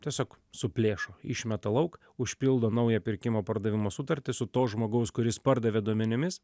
tiesiog suplėšo išmeta lauk užpildo naują pirkimo pardavimo sutartį su to žmogaus kuris pardavė duomenimis